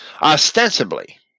Ostensibly